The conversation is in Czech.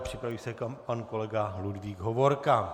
Připraví se pan kolega Ludvík Hovorka.